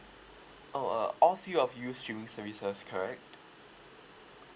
oh uh all three of you use streaming services correct